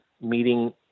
meeting